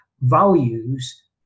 values